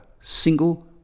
single